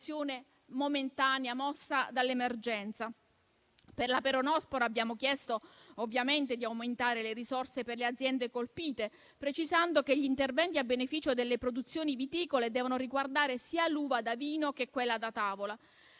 Per la peronospora, abbiamo ovviamente chiesto di aumentare le risorse per le aziende colpite, precisando che gli interventi a beneficio delle produzioni viticole devono riguardare l'uva sia da vino che da tavola.